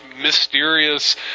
mysterious